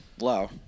low